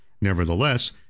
nevertheless